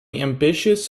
ambitious